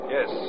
Yes